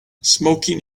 smoking